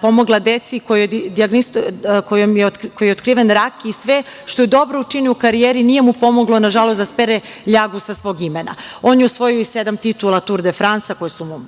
pomogla deci kojoj je otkriven rak. Sve dobro što je učinio u karijeri nije mu pomoglo da spere ljagu sa svog imena. Osvojio je i sedam titula Tur de Fransa, koje su mu